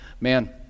man